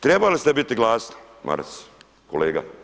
Trebali ste biti glasni Maras, kolega.